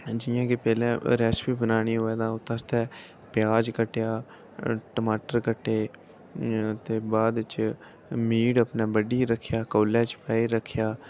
जि'यां कि पैह्लें रेसिपी बनानी होवै तां उसदे आस्तै प्याज कट्टेआ टमाटर कट्टे ते बाद बिच मीट अपना बड्ढियै रक्खेआ कौल्लै च पाइयै रक्खेआ